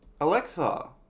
Alexa